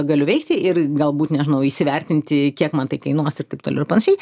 galiu veikti ir galbūt nežinau įsivertinti kiek man tai kainuos ir taip toliau ir panašiai